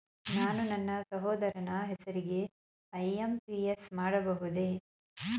ನಾನು ನನ್ನ ಸಹೋದರನ ಹೆಸರಿಗೆ ಐ.ಎಂ.ಪಿ.ಎಸ್ ಮಾಡಬಹುದೇ?